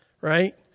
Right